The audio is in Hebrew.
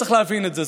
צריך להבין את זה,